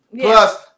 plus